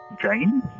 Jane